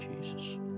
Jesus